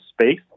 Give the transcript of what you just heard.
space